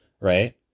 right